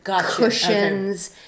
cushions